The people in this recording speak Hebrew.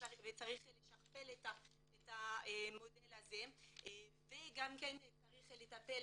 וצריך לשכפל את המודל הזה וגם צריך לטפל